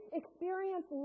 experience